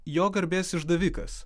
jo garbės išdavikas